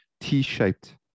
T-shaped